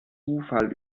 zufall